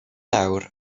nawr